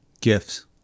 Gifts